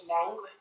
language